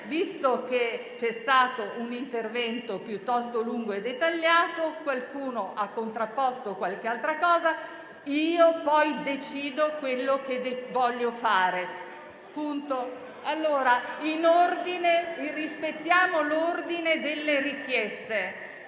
Visto che c'è stato un intervento piuttosto lungo e dettagliato, qualcuno ha contrapposto qualche altra cosa; io poi decido quello che voglio fare. Rispettiamo l'ordine delle richieste.